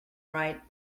right